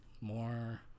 More